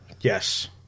Yes